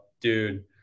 Dude